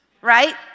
Right